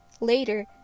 Later